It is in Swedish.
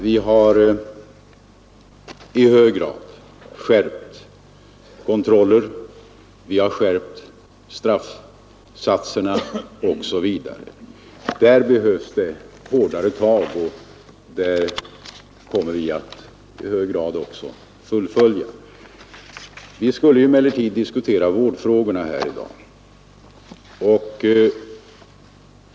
Vi har skärpt den internationella kontrollen, vi har skärpt straffsatserna osv. Där behövs det hårda tag, och det arbetet kommer vi också att fullfölja. Vi skulle emellertid diskutera vårdfrågorna här i dag.